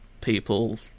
people